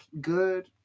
good